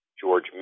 George